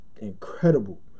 incredible